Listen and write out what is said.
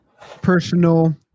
personal